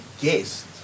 guest